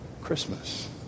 Christmas